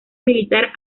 militar